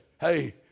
hey